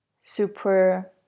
super